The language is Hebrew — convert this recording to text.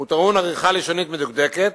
"הוא טעון עריכה לשונית מדוקדקת